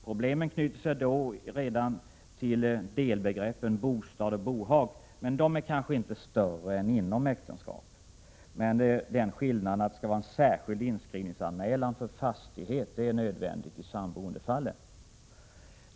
Problemen knyter sig redan till delbegreppen bostad och bohag, men är kanske inte större än inom äktenskap. Skillnaden är att särskild inskrivningsanmälan för fastighet är nödvändig i samboendefallen.